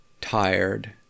tired